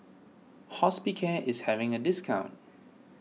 Hospicare is having a discount